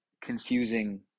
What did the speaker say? confusing